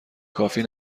کافی